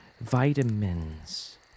vitamins